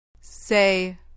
Say